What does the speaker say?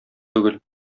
түгел